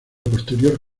posterior